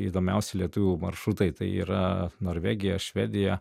įdomiausi lietuvių maršrutai yra norvegija švedija